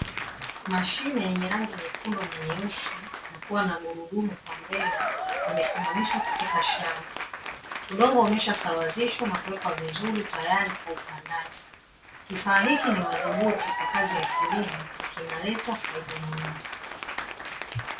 Mashine yenye rangi nyekundu na nyeusi na kuwa na gurudumu kwa mbele imesimamishwa katika shamba, udongo umeshasawazishwa na kuwekwa vizuri tayari kwa upandaji. Kifaa hiki ni madhubuti kwa kazi ya kilimo na kinaleta faida nyingi.